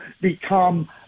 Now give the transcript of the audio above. become